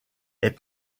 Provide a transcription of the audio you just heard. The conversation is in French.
est